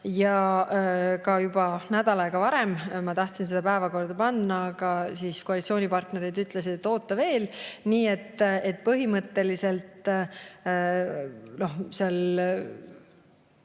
ja ka juba nädal aega varem ma tahtsin seda päevakorda panna, aga koalitsioonipartnerid ütlesid, et oota veel. Nii et põhimõtteliselt see